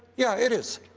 yeah, it is,